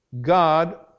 God